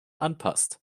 anpasst